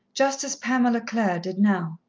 just as pamela clare did now.